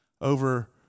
over